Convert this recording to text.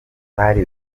bari